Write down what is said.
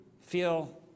feel